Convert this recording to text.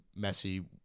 Messi